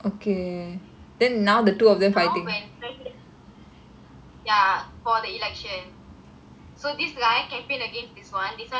then now when presidential ya for the election so this guy campaign against this [one] this [one] campaign against this one